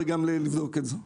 וגם לבדוק את זה.